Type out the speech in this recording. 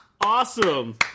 Awesome